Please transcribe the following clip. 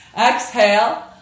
Exhale